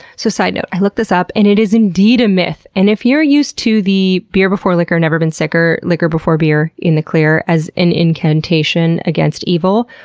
so side note, i looked this up, and it is indeed a myth! and if you're used to the, beer before liquor, never been sicker. liquor before beer, in the clear, as an incantation against evil,